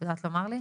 את יודעת לומר לי?